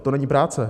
To není práce?